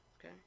Okay